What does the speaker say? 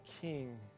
king